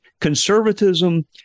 Conservatism